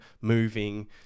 moving